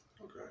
Okay